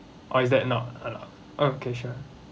or is that not allowed okay sure